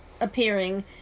appearing